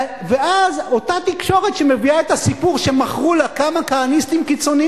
ואז אותה תקשורת שמביאה את הסיפור שמכרו לה כמה כהניסטים קיצונים